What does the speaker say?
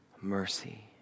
mercy